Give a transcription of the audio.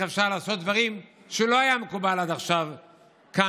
איך אפשר לעשות דברים שלא היה מקובל עד עכשיו כאן,